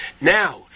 Now